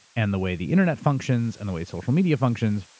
and the way the internet functions and the way social media functions,